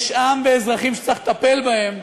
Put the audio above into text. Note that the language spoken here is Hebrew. יש עם ואזרחים שצריך לטפל בהם,